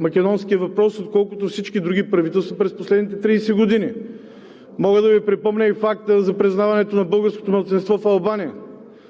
македонския въпрос, отколкото всички други правителства през последните 30 години. Мога да Ви припомня и факта за признаването на българското малцинство в Албания,